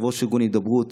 יושב-ראש ארגון הידברות,